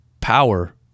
power